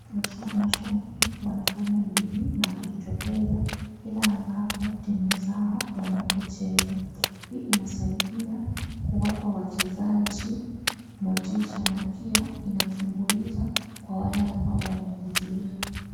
Mashabiki wanafanya bidii na kujitokeza kila ambapo timu zao wanapocheza. Hii inasaidia kuwapa wachezaji motisha na pia inatumbuiza kwa wale ambao wameudhuria.